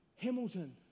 Hamilton